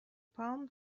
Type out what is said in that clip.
palm